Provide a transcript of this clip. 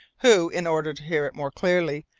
who, in order to hear it more clearly,